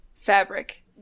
fabric